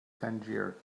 tangier